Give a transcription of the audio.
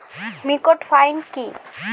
Mixed farming কি?